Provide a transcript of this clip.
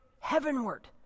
heavenward